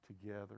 together